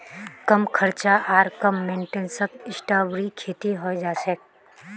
कम खर्च आर कम मेंटेनेंसत स्ट्रॉबेरीर खेती हैं जाछेक